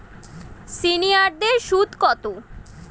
সিনিয়ারদের সুদ কত?